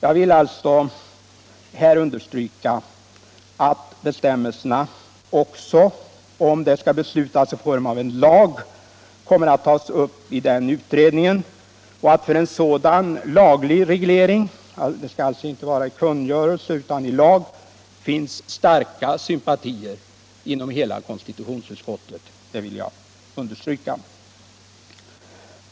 Jag vill alltså här understryka att bestämmelserna, också om de skall beslutas i form av lag, kommer att tas upp av den utredningen och att för en sådan laglig reglering — det skall alltså inte vara en kungörelse utan en lag — finns stora sympatier inom hela konstitutionsutskottet.